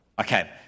Okay